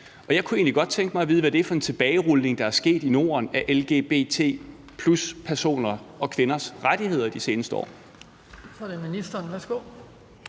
Jeg kunne egentlig godt tænke mig at vide, hvad det er for en tilbagerulning, der er sket i Norden, af lgbt+-personers og kvinders rettigheder i de seneste år. Kl. 12:50 Den fg.